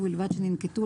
ובלבד שננקטו,